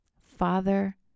Father